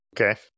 Okay